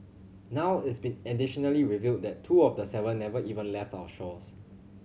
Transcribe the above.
now it's been additionally revealed that two of the seven never even left our shores